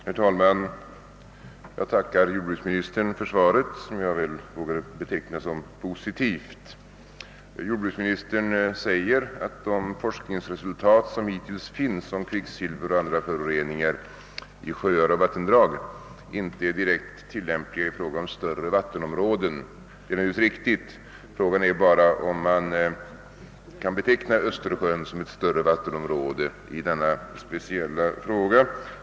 Herr talman! Jag tackar jordbruksministern för svaret, som jag vågar beteckna som positivt. Jordbruksministern säger att de forskningsresultat som hittills föreligger i fråga om kvicksilver och andra föroreningar i sjöar och vattendrag inte är direkt tillämpliga på större vattenområden. Det är naturligtvis riktigt. Frågan är bara om man kan betrakta Östersjön som ett större vattenområde i detta speciella sammanhang.